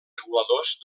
reguladors